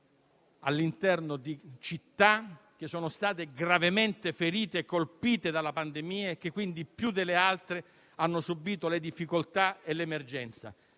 all'interno di città che sono state gravemente colpite dalla pandemia e che quindi più delle altre hanno subito le difficoltà e l'emergenza.